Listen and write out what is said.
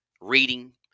reading